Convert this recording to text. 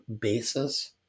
basis